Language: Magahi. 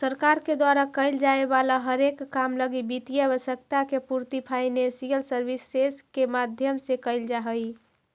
सरकार के द्वारा कैल जाए वाला हरेक काम लगी वित्तीय आवश्यकता के पूर्ति फाइनेंशियल सर्विसेज के माध्यम से कैल जा हई